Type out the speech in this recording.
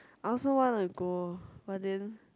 I also want to go but then